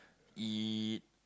eat